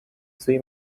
سوی